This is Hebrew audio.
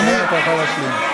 אני הולך לבג"ץ.